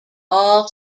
all